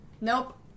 Nope